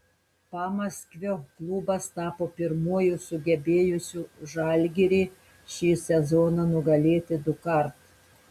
pamaskvio klubas tapo pirmuoju sugebėjusiu žalgirį šį sezoną nugalėti dukart